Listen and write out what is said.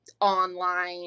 online